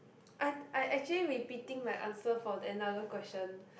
I I actually repeating my answer for another question